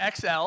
XL